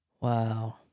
Wow